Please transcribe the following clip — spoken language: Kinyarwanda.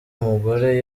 umugore